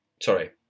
sorry